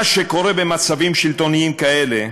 מה שקורה במצבים שלטוניים כאלה,